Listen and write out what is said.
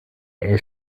elf